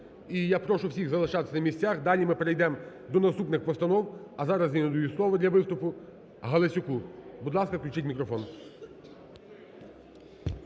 я прошу всіх залишатися на місцях, далі ми перейдемо до наступних постанов. А зараз я надаю слово для виступу Галасюку. Будь ласка, включіть мікрофон.